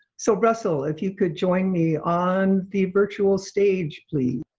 so russell if you could join me on the virtual stage please.